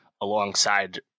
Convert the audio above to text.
alongside